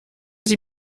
sie